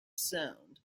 sound